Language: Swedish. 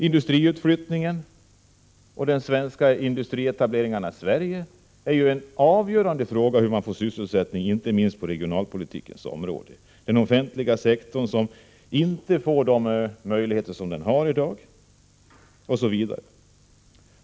Industriutflyttningen och industrietableringarna är avgörande för hur man får till stånd sysselsättning, inte minst på regionalpolitikens område. Den offentliga sektorn kommer ju inte att få samma möjligheter som den har i dag osv.